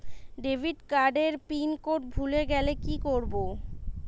Debit card এর pin code ভুলে গেলে কি করব?